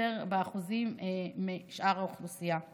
באחוזים הרבה יותר גבוהים משאר האוכלוסייה.